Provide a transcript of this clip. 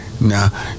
Now